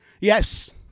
Yes